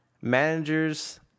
Managers